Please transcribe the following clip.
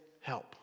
help